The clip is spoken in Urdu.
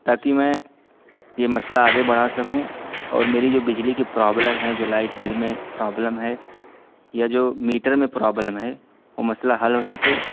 تاکہ میں یہ مسئلہ آگے بڑھا سکوں اور میری جو بجلی کی پرابلم ہے جو لائٹ بل میں پرابلم ہے یا جو میٹر میں پرابلم ہے وہ مسئلہ حل ہو سکے